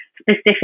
specific